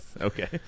Okay